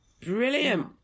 Brilliant